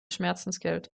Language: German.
schmerzensgeld